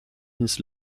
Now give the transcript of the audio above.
his